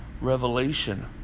revelation